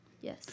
Yes